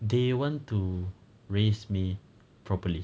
they want to raise me properly